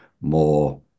more